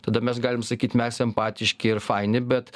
tada mes galim sakyt mes empatiški ir faini bet